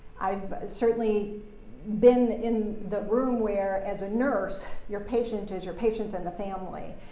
i've certainly been in the room where, as a nurse, your patient is your patient and the family.